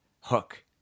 Hook